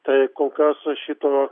tai kol kas šito